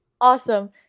Awesome